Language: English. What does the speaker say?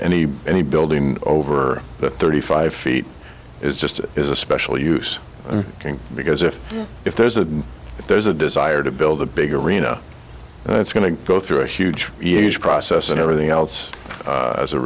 any any building over the thirty five feet is just it is a special use because if if there's a if there's a desire to build a big arena that's going to go through a huge huge process and everything else as a